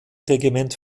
regiment